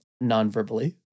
non-verbally